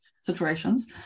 situations